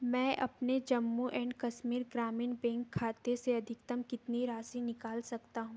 मैं अपने Jammu and Kashmir Grameen bank खाते से अधिकतम कितनी राशि निकाल सकता हूँ